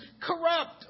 corrupt